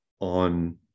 on